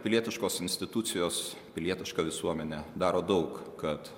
pilietiškos institucijos pilietiška visuomenė daro daug kad